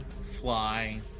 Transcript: fly